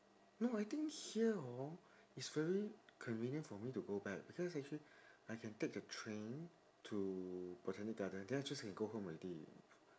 no I think here hor is very convenient for me to go back because actually I can take the train to botanic gardens then I just can go home already